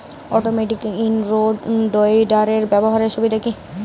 Automatic in row উইডারের ব্যবহারের সুবিধা কি?